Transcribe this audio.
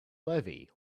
levee